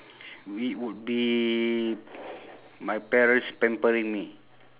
it would be my parents pampering me